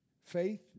Faith